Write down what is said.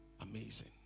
amazing